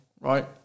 right